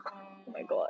oh